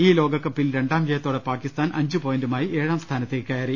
ഈ ലോകകപ്പിൽ രണ്ടാം ജയത്തോടെ പ്പാകിസ്ഥാൻ അഞ്ചു പോയിന്റുമായി ഏഴാം സ്ഥാനത്തേക്ക് കയറി